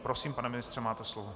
Prosím, pane ministře, máte slovo.